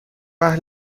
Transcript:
اهل